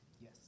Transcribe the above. Yes